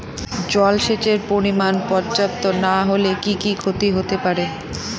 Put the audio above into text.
জলসেচের পরিমাণ পর্যাপ্ত না হলে কি কি ক্ষতি হতে পারে?